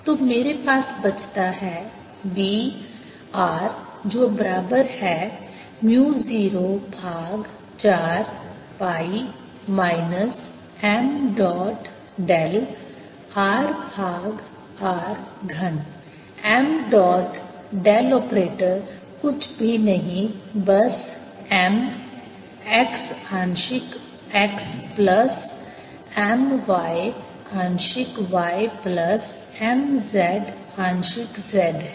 तो मेरे पास बचता है B r जो बराबर है म्यू 0 भाग 4 pi minus m dot del r भाग r घन m डॉट डेल ऑपरेटर कुछ भी नहीं बस m x आंशिक x प्लस m y आंशिक y प्लस m z आंशिक z है